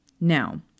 Now